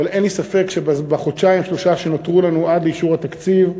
אבל אין לי ספק שבחודשיים-שלושה שנותרו לנו עד לאישור התקציב,